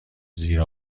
زیر